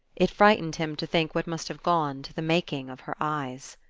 it frightened him to think what must have gone to the making of her eyes.